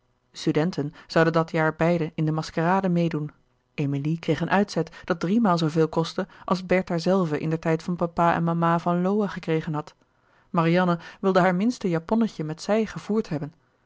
studenten zouden dat jaar beiden in de maskerade meêdoen emilie kreeg een uitzet dat driemaal zooveel kostte als bertha zelve indertijd van papa en mama van lowe gekregen had marianne wilde haar minste japonnetje met zij gevoerd hebben